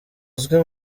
uzwi